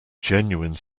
genuine